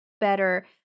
better